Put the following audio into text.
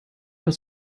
aus